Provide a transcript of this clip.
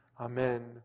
amen